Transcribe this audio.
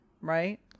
Right